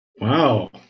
Wow